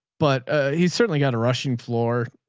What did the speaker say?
but he's certainly got a rushing floor.